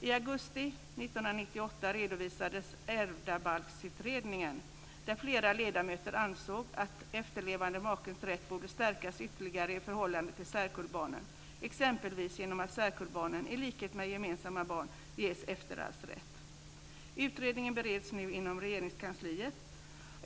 I augusti 1998 redovisades Ärvdabalksutredningen, där flera ledamöter ansåg att efterlevande makens rätt borde stärkas ytterligare i förhållande till särkullbarnen, exempelvis genom att särkullbarn, i likhet med gemensamma barn, ges efterarvsrätt. Utredningen bereds nu inom Regeringskansliet.